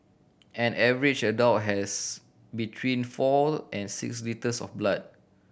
an average adult has between four and six litres of blood